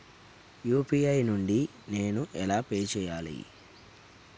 UPI నుండి నేను ఎలా పే చెయ్యాలి?